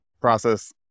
process